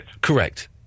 Correct